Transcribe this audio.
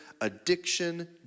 addiction